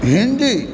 Hindi